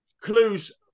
clues